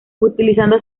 utilizando